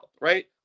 right